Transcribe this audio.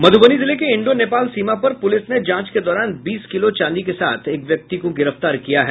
मुधबनी जिले के इंडो नेपाल सीमा पर पूलिस ने जांच के दौरान बीस किलो चांदी के साथ एक व्यक्ति को गिरफ्तार किया है